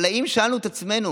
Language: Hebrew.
אבל האם שאלנו את עצמנו